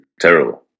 terrible